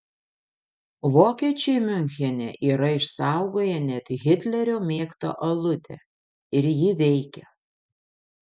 vokiečiai miunchene yra išsaugoję net hitlerio mėgtą aludę ir ji veikia